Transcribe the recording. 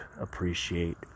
appreciate